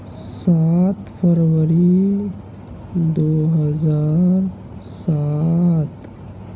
سات فروری دو ہزار سات